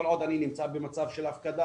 כל עוד אני נמצא במצב של הפקדה,